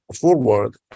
forward